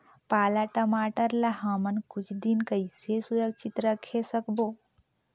पाला टमाटर ला हमन कुछ दिन कइसे सुरक्षित रखे सकबो?